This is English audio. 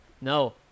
No